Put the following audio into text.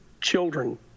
children